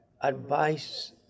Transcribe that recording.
advice